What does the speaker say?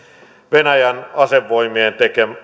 venäjän asevoimien